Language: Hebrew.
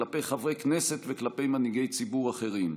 כלפי חברי כנסת וכלפי מנהיגי ציבור אחרים.